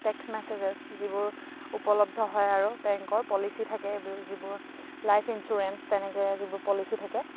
text messages যিবোৰ উপলব্ধ হয় আৰু বেংকৰ পলিচি থাকে যিবোৰ লাইফ ইঞ্চুৰেঞ্চ তেনেকৈ যিবোৰ পলিচি থাকে